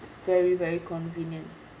very very convenient